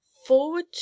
forward